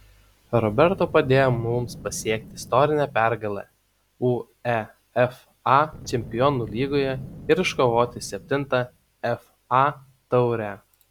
roberto padėjo mums pasiekti istorinę pergalę uefa čempionų lygoje ir iškovoti septintą fa taurę